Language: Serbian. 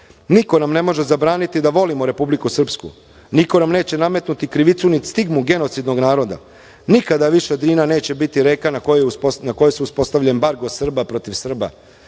nam ne može zabraniti da volimo Republiku Srpsku, niko nam neće nametnuti krivicu, niti stigmu genocidnog naroda. Nikada više Drina neće biti reka na kojoj se uspostavlja embargo Srba protiv Srba.